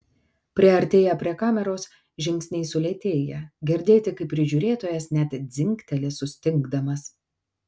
priartėję prie kameros žingsniai sulėtėja girdėti kaip prižiūrėtojas net dzingteli sustingdamas